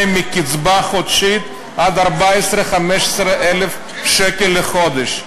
מקצבה חודשית של עד 14,000 15,000 שקל לחודש.